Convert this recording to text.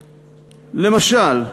למשל,